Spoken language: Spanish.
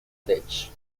tech